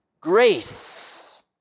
grace